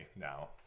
now